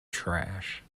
trash